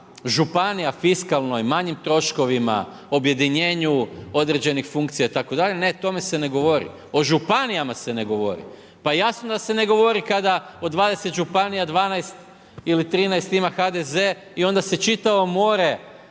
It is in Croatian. županija, fiskalnoj, manjim troškovima, objedinjenu određenih funkcija itd. ne o tome se ne govori, o županijama se ne govori. Pa jasno je da se ne govori, kada od 20 županija, 12 ili 13 ima HDZ i onda se čitavo more